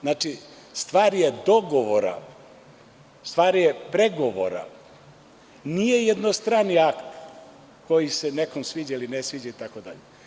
Znači, stvar je dogovora, stvar je pregovora, nije jednostrani akt koji se nekom sviđa ili ne sviđa itd.